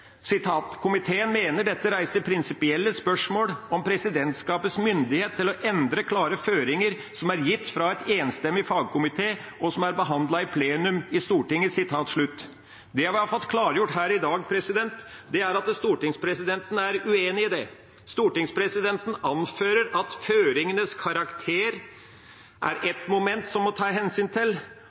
mener dette reiser prinsipielle spørsmål om presidentskapets myndighet til å endre klare føringer som er gitt fra en enstemmig fagkomité og som er behandlet i plenum i Stortinget.» Det vi har fått klargjort her i dag, er at stortingspresidenten er uenig i det. Stortingspresidenten anfører at føringenes karakter er ett moment som må tas hensyn til.